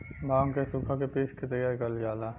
भांग के सुखा के पिस के तैयार करल जाला